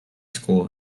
school